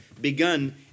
begun